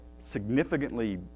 significantly